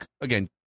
again